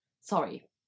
Sorry